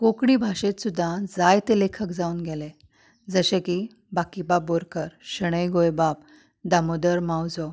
कोंकणी भाशेंत सुद्दां जायते लेखक जावन गेले जशे की बाकीबाब बोरकर शणै गोंयबाब दामोदर मावजो